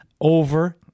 Over